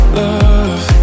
love